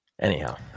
Anyhow